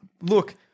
Look